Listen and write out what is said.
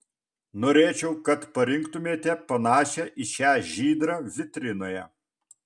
norėčiau kad parinktumėte panašią į šią žydrą vitrinoje